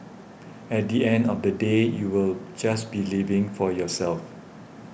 at the end of the day you'll just be living for yourself